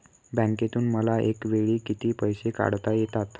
बँकेतून मला एकावेळी किती पैसे काढता येतात?